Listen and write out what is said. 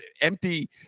empty